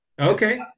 Okay